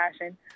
passion